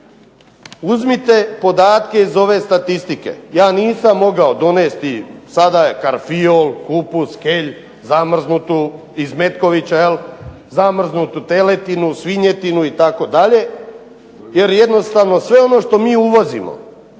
Uzmite podatke iz ove statistike, ja nisam mogao donijeti sada karfiol, kupus, kelj, zamrznutu iz Metkovića jel' zamrznutu teletinu, svinjetinu itd., jer jednostavno sve ono što mi uvozimo